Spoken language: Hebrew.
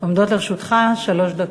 עומדות לרשותך שלוש דקות.